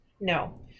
No